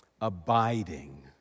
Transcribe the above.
abiding